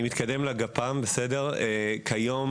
כיום